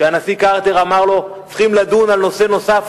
כשהנשיא קרטר אמר לו: צריכים לדון על נושא נוסף,